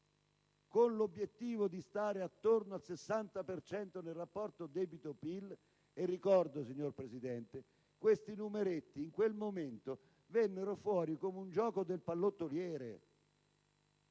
con l'obiettivo di stare attorno al 60 cento nel rapporto debito-PIL. Ricordo, signora Presidente, che questi numeretti in quel momento vennero fuori come un gioco del pallottoliere.